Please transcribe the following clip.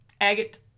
Agate